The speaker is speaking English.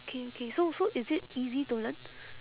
okay okay so so is it easy to learn